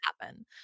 happen